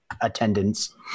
attendance